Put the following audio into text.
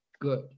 Good